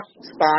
spot